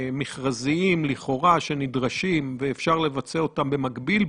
מכרזיים לכאורה שנדרשים ואפשר לבצע אותם במקביל,